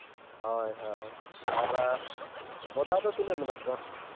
ᱦᱳᱭ ᱦᱳᱭ ᱟᱨ ᱵᱚᱫᱟ ᱫᱚ ᱛᱤᱱᱟᱹᱜ ᱢᱮᱱᱟᱜ ᱠᱚᱣᱟ